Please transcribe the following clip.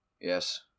Yes